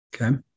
Okay